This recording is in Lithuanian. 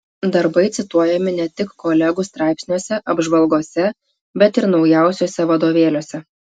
darbai cituojami ne tik kolegų straipsniuose apžvalgose bet ir naujausiuose vadovėliuose